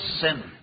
sin